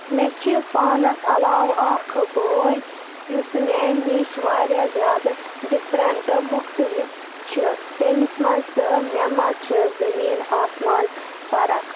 مےٚ چھُ پانَس علاوٕ اکھ بوے یُس مےٚ نِش واریاہ زیادٕ ڈِفرنٹ مُختٔلف چھِ تٔمِس منٛز تہٕ مےٚ منٛز چھِ زٔمیٖن آسمان فرق